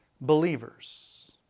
believers